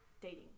dating